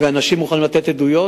ואנשים מוכנים לתת עדויות,